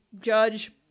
judge